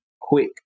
quick